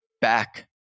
back